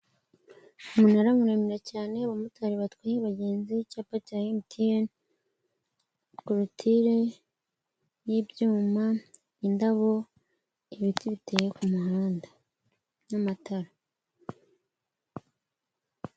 Umunara muremi cyane, abamotari batwaye abagenzi, icyapa cya MTN, korotire y'ibyuma, indabo, ibiti biteye ku muhanda n'amatara.